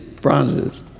bronzes